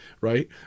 right